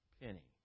penny